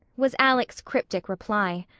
was alec's cryptic reply.